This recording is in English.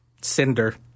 cinder